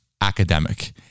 academic